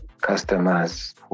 customers